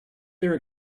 there